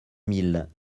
mille